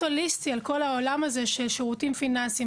הוליסטי על כל העולם הזה של שירותים פיננסיים.